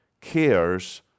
cares